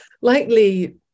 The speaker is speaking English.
likely